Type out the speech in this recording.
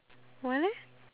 why leh